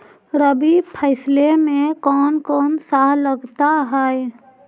रबी फैसले मे कोन कोन सा लगता हाइय?